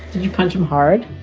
you punch him hard?